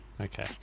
Okay